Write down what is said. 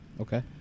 Okay